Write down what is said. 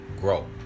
grow